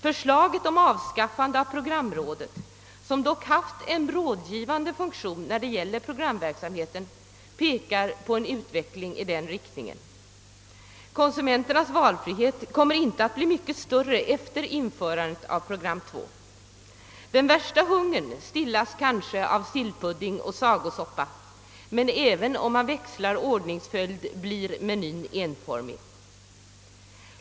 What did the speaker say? Förslaget om avskaffande av programrådet, som dock haft en rådgivande funktion för programverksamheten, pekar på en utveckling i den riktningen. Konsumenternas valfrihet kommer inte att bli mycket större efter införandet av program 2. Den värsta hungern stillas kanske av sillpudding och sagosoppa, men även om man växlar ordningsföljd blir menyn enformig.